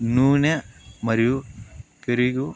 నూనె మరియు పెరుగు